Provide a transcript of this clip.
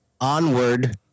onward